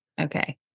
Okay